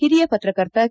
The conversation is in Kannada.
ಹಿರಿಯ ಪತ್ರಕರ್ತ ಕೆ